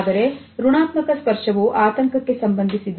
ಆದರೆ ಋಣಾತ್ಮಕ ಸ್ಪರ್ಶವು ಆತಂಕಕ್ಕೆ ಸಂಬಂಧಿಸಿದೆ